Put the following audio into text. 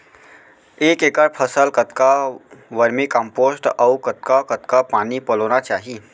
एक एकड़ फसल कतका वर्मीकम्पोस्ट अऊ कतका कतका पानी पलोना चाही?